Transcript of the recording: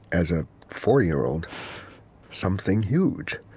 as a four-year-old something huge,